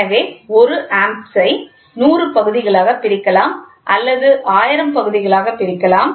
எனவே 1 ஆம்பை 100 பகுதிகளாக பிரிக்கலாம் அல்லது 1000 பகுதிகளாக பிரிக்கலாம்